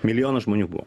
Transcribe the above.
milijonas žmonių buvo